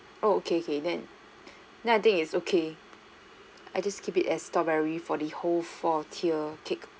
oh okay okay then I think it's okay I just keep it as strawberry for the whole four tier cake